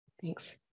thanks